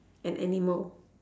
an animal